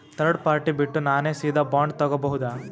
Third party ಬಿಟ್ಟು ನಾನೇ ಸೀದಾ ಬಾಂಡ್ ತೋಗೊಭೌದಾ?